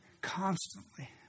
Constantly